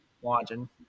Watching